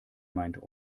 meint